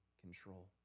control